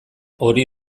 hori